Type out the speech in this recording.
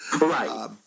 Right